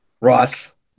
ross